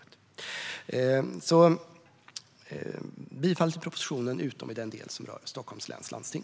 Jag yrkar bifall till propositionen utom i den del som rör Stockholms läns landsting.